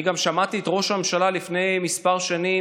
אני גם שמעתי את ראש הממשלה לפני כמה שנים,